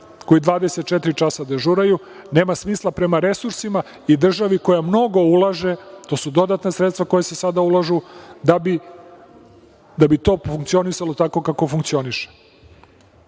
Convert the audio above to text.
koji dežuraju 24 časa, nema smisla prema resursima i državi koja mnogo ulaže. To su dodatna sredstva koja se sada ulažu da bi to funkcionisalo tako kako funkcioniše